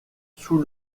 sous